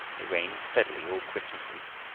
it rained steadily all christmas week.